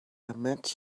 met